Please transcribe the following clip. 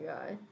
God